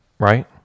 right